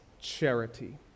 charity